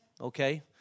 okay